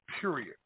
period